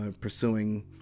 pursuing